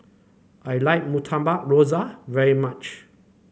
I like Murtabak Rusa very much